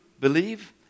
believe